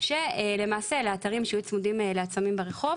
כשלמעשה לאתרים שיהיו צמודים לעצמים ברחוב